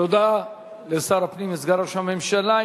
תודה לשר הפנים וסגן ראש הממשלה.